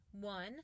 one